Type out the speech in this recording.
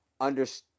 understand